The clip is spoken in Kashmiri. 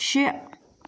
شےٚ